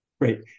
Great